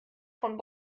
von